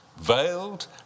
veiled